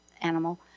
animal